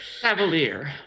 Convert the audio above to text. Cavalier